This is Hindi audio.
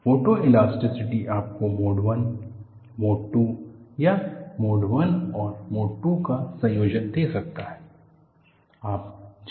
फोटोईलास्टिसिटी आपको मोड 1 मोड 2 या मोड 1 और मोड 2 का संयोजन दे सकता है